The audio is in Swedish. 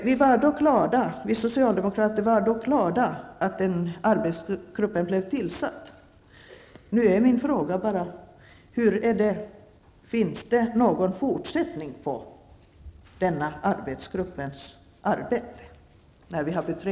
Vi socialdemokrater var då glada över att denna arbetsgrupp tillsattes. Nu är min fråga: Kommer den nya regeringen att låta denna arbetsgrupp fortsätta sitt arbete?